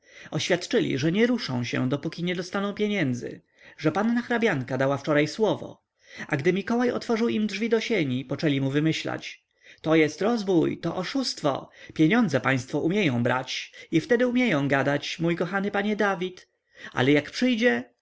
oświadczyli że nie ruszą się dopóki nie dostaną pieniędzy że panna hrabianka dała wczoraj słowo a gdy mikołaj otworzył im drzwi do sieni poczęli mu wymyślać to jest rozbój to oszustwo pieniądze państwo umieją brać i wtedy umieją gadać mój kochany panie dawid ale jak przyjdzie